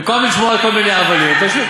במקום לשמוע כל מיני הבלים, תקשיבי.